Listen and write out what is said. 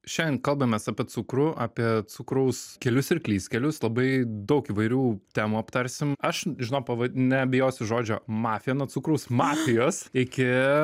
šiandien kalbamės apie cukrų apie cukraus kelius ir klystkelius labai daug įvairių temų aptarsim aš žinau pava nebijosiu žodžio mafija nuo cukraus mafijos iki